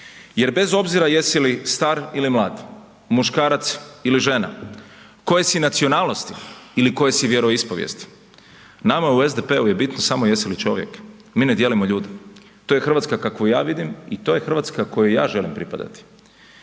jer bez obzira jesi li star ili mlad, muškarac ili žena, koje si nacionalnosti ili koje si vjeroispovijesti, nama u SDP-u je bitno samo jesi li čovjek, mi ne dijelimo ljude, to je RH kakvu ja vidim i to je RH kojoj ja želim pripadati,